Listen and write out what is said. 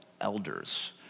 elders